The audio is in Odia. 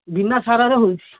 ବିନା ସାରରେ ହେଉଛି